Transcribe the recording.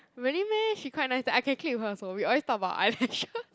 really meh she quite nice I can click with her also we always talk about eyelashes